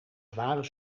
zware